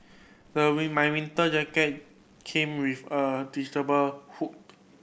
my my winter jacket came with a detachable hood